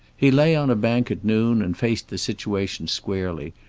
he lay on a bank at noon and faced the situation squarely,